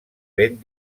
ben